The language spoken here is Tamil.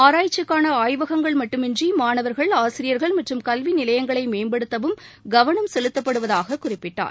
ஆராய்ச்சிக்கான ஆய்வகங்கள் மட்டுமன்றி மாணவர்கள் ஆசிரியர்கள் மற்றும் கல்வி நிலையங்களை மேம்படுத்தவும் கவனம் செலுத்தப்படுவதாகக் குறிப்பிட்டார்